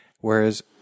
Whereas